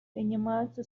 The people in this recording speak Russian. принимаются